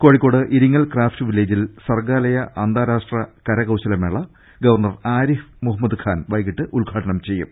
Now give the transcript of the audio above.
Kozhikode Iringal craft വില്ലേജിൽ സർഗാലയ അന്താരാഷ്ട്ര കര്കൌശ്ലമേള ഗവർണർ ആരിഫ് മുഹമ്മ ദ്ഖാൻ വൈകിട്ട് ഉദ്ഘാടനം ചെയ്യും